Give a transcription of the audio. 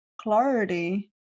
clarity